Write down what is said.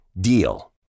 DEAL